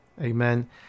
amen